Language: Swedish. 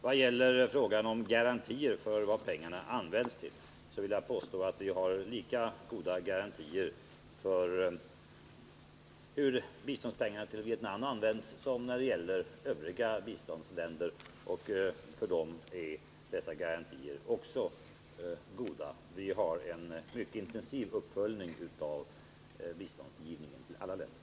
Vad gäller frågan om garantier för vad pengarna används till vill jag påstå att vi har lika goda garantier för hur biståndspengar till Vietnam används som när det gäller övriga biståndsländer. För dem är dessa garantier också goda. Vi har en mycket intensiv uppföljning av biståndsgivningen till alla länder.